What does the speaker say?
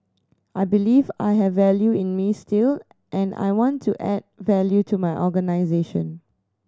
I believe I have value in me still and I want to add value to my organisation